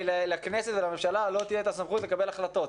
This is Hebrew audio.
לכנסת ולממשלה לא תהיה את הסמכות לקבל החלטות?